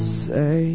say